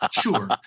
Sure